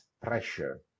pressure